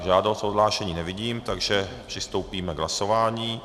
Žádost o odhlášení nevidím, takže přistoupíme k hlasování.